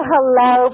Hello